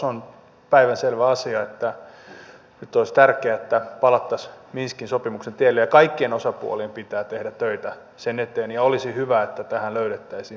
on päivänselvä asia että nyt olisi tärkeää että palattaisiin minskin sopimuksen tielle ja kaikkien osapuolien pitää tehdä töitä sen eteen ja olisi hyvä että tähän löydettäisiin pysyvä ratkaisu